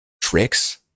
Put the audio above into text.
tricks